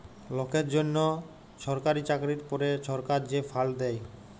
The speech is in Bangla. লকের জ্যনহ ছরকারি চাকরির পরে ছরকার যে ফাল্ড দ্যায়